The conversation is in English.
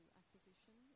acquisition